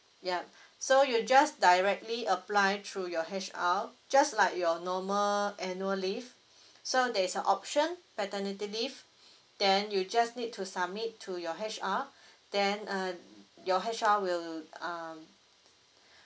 yup so you just directly apply through your H_R just like your normal annual leave so there's an option paternity leave then you just need to submit to your H_R then uh your H_R will um